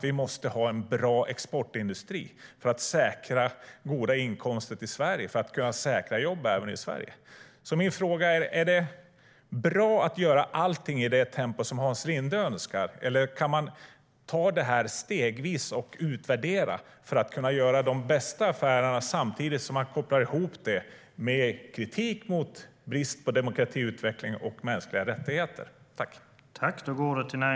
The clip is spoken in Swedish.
Vi måste ha en bra exportindustri för att säkra goda inkomster till Sverige för att kunna säkra jobb även i Sverige. Min fråga är: Är det bra att göra allting i det tempo som Hans Linde önskar? Eller kan man ta det stegvis och utvärdera för att kunna göra de bästa affärerna samtidigt som man kopplar ihop det med kritik mot brist på demokratiutveckling och mänskliga rättigheter?